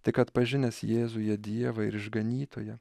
tik atpažinęs jėzuje dievą ir išganytoją